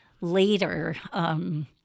later